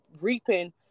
reaping